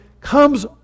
comes